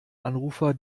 anrufer